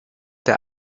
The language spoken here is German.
der